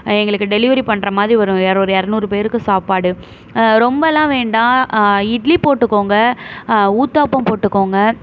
எங்களுக்கு டெலிவெரி பண்ணுற மாதிரி ஒரு இரநூறு இரநூறு பேருக்கு சாப்பாடு ரொம்பலாம் வேண்டாம் இட்லி போட்டுக்கோங்க ஊத்தாப்பம் போட்டுக்கோங்க